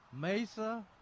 Mesa